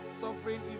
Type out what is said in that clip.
suffering